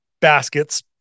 baskets